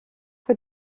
für